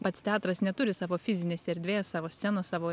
pats teatras neturi savo fizinės erdvės savo scenos savo